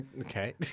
Okay